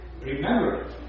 remember